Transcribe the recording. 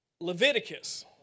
Leviticus